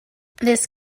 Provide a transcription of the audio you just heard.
this